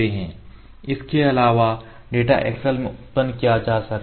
इसके अलावा data Excel में उत्पन्न किया जा सकता है